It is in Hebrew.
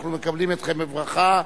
אנחנו מקבלים אתכם בברכה.